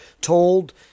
told